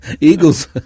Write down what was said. Eagles